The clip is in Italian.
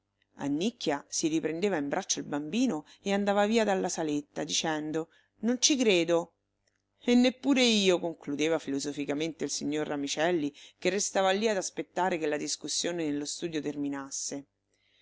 sai annicchia si riprendeva in braccio il bambino e andava via dalla saletta dicendo non ci credo e neppure io concludeva filosoficamente il signor ramicelli che restava lì ad aspettare che la discussione nello studio terminasse